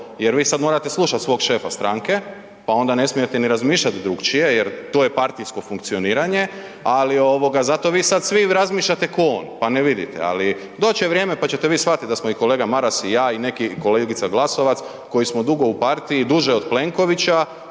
jer vi sad morate slušati svog šefa stranke, pa onda ne smijete ni razmišljati drugačije jer to je partijsko funkcioniranje, ali ovoga zato ovoga vi sad razmišljate ko on pa ne vidite, ali doći će vrijeme pa ćete vi shvatiti da smo kolega Maras i ja i neki, kolegica Glasovac, koji smo dugo u partiji duže od Plenkovića